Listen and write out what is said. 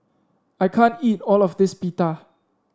I can't eat all of this Pita